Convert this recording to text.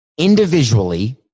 individually